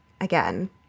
again